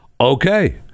okay